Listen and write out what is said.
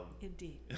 Indeed